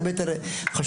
הרבה יותר חשוב,